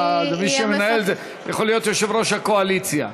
מי שמנהל יכול להיות יושב-ראש הקואליציה,